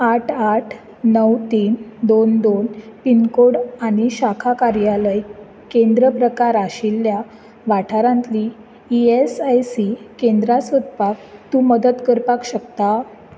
आठ आठ णव तीन दोन दोन पिनकोड आनी शाखा कार्यालय केंद्र प्रकार आशिल्ल्या वाठारांतलीं ई एस आय सी केंद्रां सोदपाक तूं मदत करपाक शकता